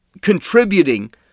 contributing